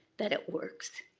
that it works.